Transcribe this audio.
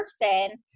person